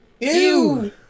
Ew